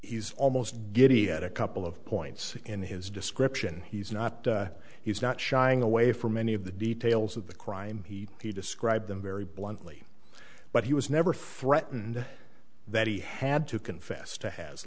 he's almost giddy at a couple of points in his description he's not he's not shying away from any of the details of the crime he he described them very bluntly but he was never threatened that he had to confess to ha